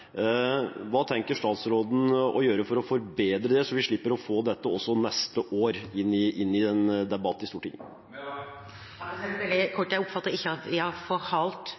Hva tenker statsråden å gjøre for å forbedre det, så vi slipper å få dette til debatt i Stortinget også neste år? Veldig kort, for jeg oppfatter ikke at vi har forhalt prosjektene, og jeg